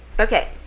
okay